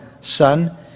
Son